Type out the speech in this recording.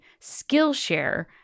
Skillshare